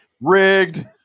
Rigged